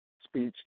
speech